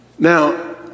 Now